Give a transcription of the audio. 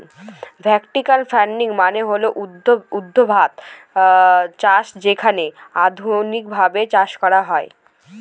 vertical farming মানে হল ঊর্ধ্বাধ চাষ যেখানে আধুনিকভাবে চাষ করা হয়